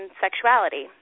sexuality